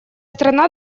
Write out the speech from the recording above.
страна